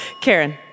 Karen